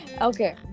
okay